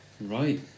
Right